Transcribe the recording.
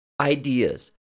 ideas